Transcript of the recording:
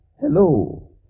Hello